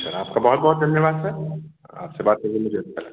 sir आपका बहुत बहुत धन्यवाद सर